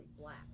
black